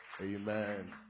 Amen